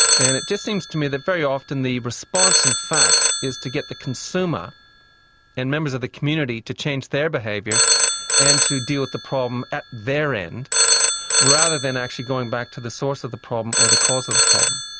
and it just seems to me that very often the response in fact is to get the consumer and members of the community to change their behaviour and to deal with the problem at their end rather than actually going back to the source of the problem or the cause of the problem.